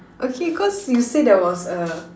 okay cause you say there was a